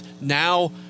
now